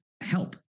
help